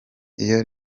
iyo